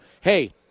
Hey